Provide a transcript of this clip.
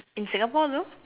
in Singapore though